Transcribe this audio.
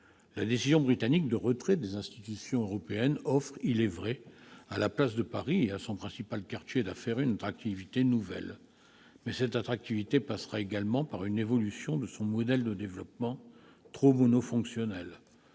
la décision britannique de retrait des institutions européennes offre à la place de Paris et à son principal quartier d'affaires une attractivité nouvelle. Mais cette attractivité passera également par une évolution de son modèle de développement, trop monofonctionnel.